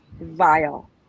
vile